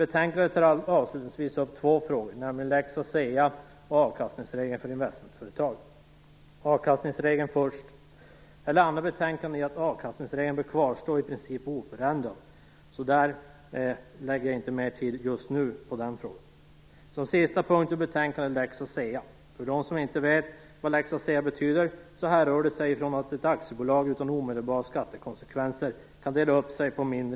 Fru talman! I betänkandet behandlas avkastningsregeln för investmentföretag. Avkastningsregeln bör enligt betänkandet i princip kvarstå oförändrad, så jag ägnar inte mer tid åt den frågan just nu. Sista punkten i betänkandet är lex Asea. För dem som inte vet vad lex Asea betyder kan jag tala om att det innebär att ett aktiebolag kan delas upp i mindre enheter utan omedelbara skattekonsekvenser.